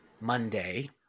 Monday